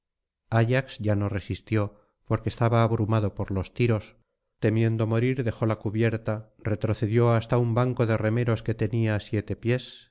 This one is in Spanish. ayax ya no resistió porque estaba abrumado por los tiros temiendo morir dejó la cubierta retrocedió hasta un banco de remeros que tenía siete pies